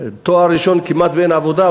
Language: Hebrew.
תואר ראשון כמעט אין עבודה,